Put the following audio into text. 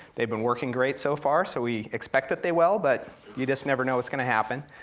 they've been working great so far, so we expect that they will, but you just never know what's gonna happen.